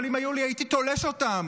אבל אם היו לי הייתי תולש אותן.